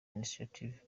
initiative